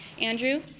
Andrew